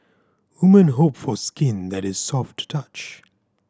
woman hope for skin that is soft to touch